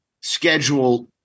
schedule